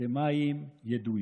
אקדמיים ידועים.